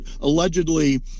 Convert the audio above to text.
allegedly